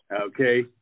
okay